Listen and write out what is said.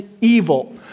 evil